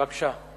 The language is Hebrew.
בבקשה.